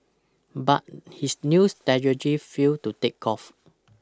but his new strategy failed to take off